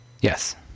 Yes